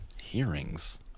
hearings